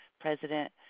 President